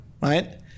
right